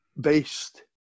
based